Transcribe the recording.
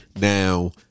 Now